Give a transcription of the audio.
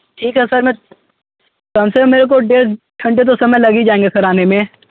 ठीक है सर मैं कम से कम मेरे को डेढ़ घंटे तो समय लग ही जाएँगे सर आने में